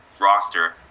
roster